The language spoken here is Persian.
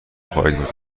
خواهید